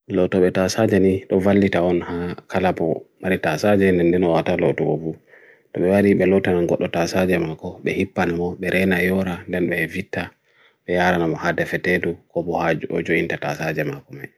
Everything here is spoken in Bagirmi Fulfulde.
Loto betasajani, lo valita on kala po maritasajani nende no ataloto obu. To be wali belota nankot lo tasajama ko, behipan mo, berena yora denbe evita, weyara namo hadefetetu, ko bo haj ojo inter tasajama ko me.